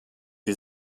die